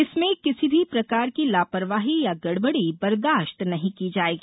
इसमें किसी भी प्रकार की लापरवाही या गड़बड़ी बर्दास्त नहीं की जाएगी